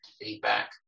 Feedback